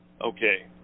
Okay